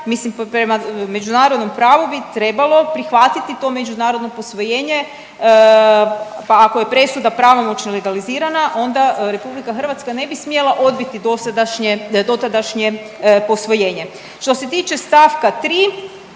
mislim prema međunarodnom pravu bi trebalo prihvatiti to međunarodno posvojenje, pa ako je presuda pravomoćno legalizirana onda RH ne bi smjela odbiti dosadašnje, dotadašnje posvojenje. Što se tiče st. 3.,